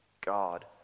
God